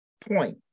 point